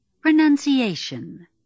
Pronunciation